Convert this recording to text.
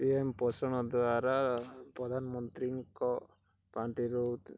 P M Poshan ଦ୍ୱାରା ପ୍ରଧାନମନ୍ତ୍ରୀଙ୍କ ପାଣ୍ଠିରୁ